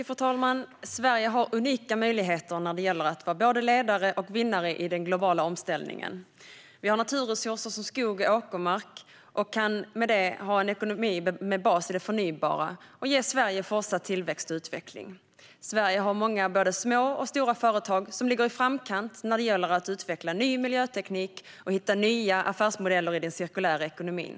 Fru talman! Sverige har unika möjligheter att vara både ledare och vinnare i den globala omställningen. Vi har naturresurser som skog och åkermark och kan därmed ha en ekonomi med bas i det förnybara som ger Sverige fortsatt tillväxt och utveckling. Sverige har många både små och stora företag som ligger i framkant när det gäller att utveckla ny miljöteknik och hitta nya affärsmodeller i den cirkulära ekonomin.